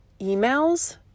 emails